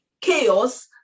chaos